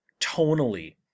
tonally